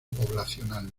poblacional